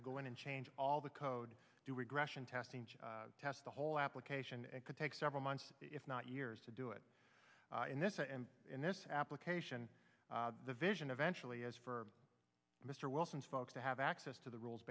to go in and change all the code do regression testing test the whole application it could take several months if not years to do it in this and in this application the vision eventual is for mr wilson's folks to have access to the rules